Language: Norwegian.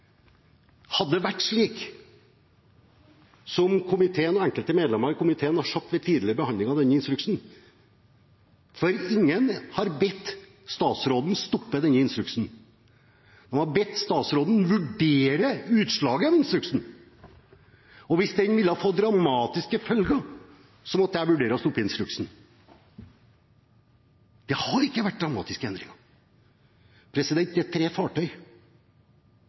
Hadde det vært slik, som komiteen og enkelte medlemmer i komiteen har sagt ved tidligere behandling av denne instruksen, så ja – men ingen har bedt statsråden stoppe denne instruksen. Man har bedt statsråden vurdere utslaget av instruksen. Og hvis den ville ha fått dramatiske følger, måtte jeg ha vurdert å stoppe den. Det har ikke vært dramatiske endringer. Dette er fartøy – det